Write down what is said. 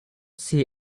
see